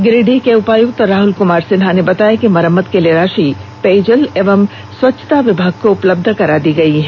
गिरिडीह उपायुक्त राहल क्मार सिन्हा ने बताया कि मरम्मत के लिए राशि पेयजल एवं स्वच्छता विभाग को उपलब्ध करा दी गई है